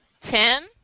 Tim